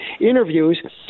interviews